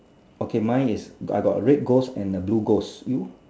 okay mine is I got a red goals and a blue goals you